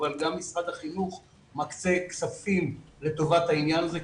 אבל גם משרד החינוך מקצה כספים לטובת העניין הזה,